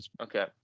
Okay